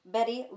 Betty